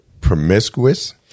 promiscuous